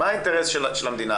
מה האינטרס של המדינה?